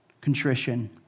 contrition